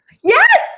Yes